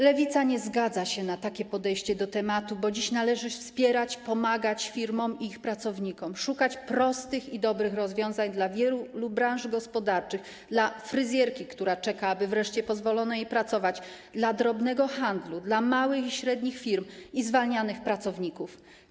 Lewica nie zgadza się na takie podejście do tematu, bo dziś należy wspierać firmy, pomagać im i ich pracownikom, szukać prostych i dobrych rozwiązań dla wielu branż gospodarczych, dla fryzjerki, która czeka, aby wreszcie pozwolono jej pracować, dla drobnego handlu, dla małych i średnich firm i zwalnianych pracowników.